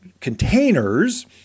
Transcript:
containers